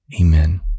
Amen